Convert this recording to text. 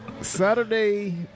Saturday